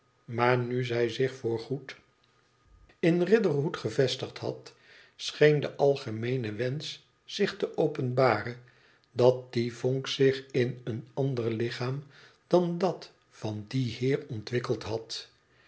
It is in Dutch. maar nu zij zich voorgoed in riderhood gevestigd had scheen de algemeene wensch zich te openbaren dat die vonk zich in een ander lichaam dan dat van dien heer ontwikkeld had